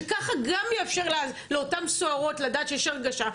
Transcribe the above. שככה גם יהיה אפשר לאותן סוהרות לדעת שיש הרגשה,